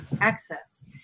access